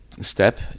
step